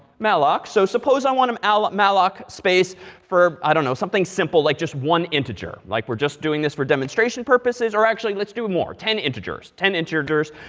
malloc. so suppose i want um ah malloc space for, i don't know, something simple like just one integer. like we're just doing this for demonstration purposes, or actually let's do more, ten integers, ten integers.